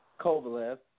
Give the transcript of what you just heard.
Kovalev